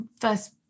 first